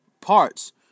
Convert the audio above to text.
parts